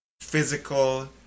physical